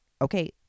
Okay